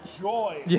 joy